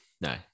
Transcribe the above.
no